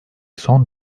son